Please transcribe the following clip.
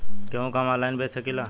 गेहूँ के हम ऑनलाइन बेंच सकी ला?